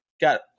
Got